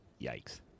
Yikes